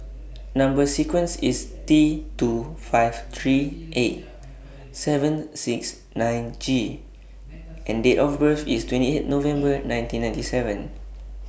Number sequence IS T two five three eight seven six nine G and Date of birth IS twenty eight November nineteen ninety seven